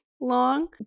long